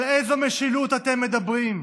על איזו משילות אתם מדברים?